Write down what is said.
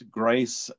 grace